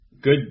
good